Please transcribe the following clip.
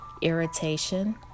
irritation